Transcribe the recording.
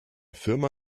firma